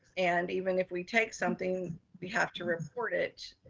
and even if we take something we have to report it